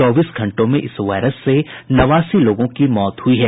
चौबीस घंटों में इस वायरस से नवासी लोगों की मौत हुई है